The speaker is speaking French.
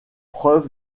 preuve